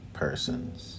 persons